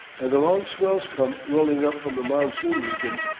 and the long swells come rolling up from the monsoon region,